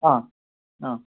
ആ ആ